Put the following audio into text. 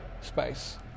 space